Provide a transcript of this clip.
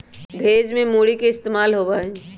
भेज में भी मूरी के इस्तेमाल होबा हई